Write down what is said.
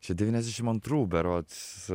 čia devyniasdešim antrų berods